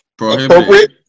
appropriate